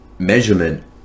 measurement